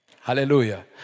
Hallelujah